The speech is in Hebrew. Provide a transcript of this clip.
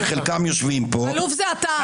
שחלקם יושבים פה -- עלוב זה אתה.